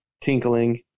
Tinkling